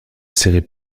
serrait